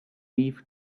leaf